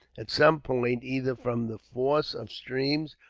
at some points, either from the force of streams,